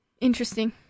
Interesting